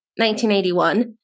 1981